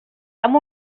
amb